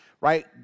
right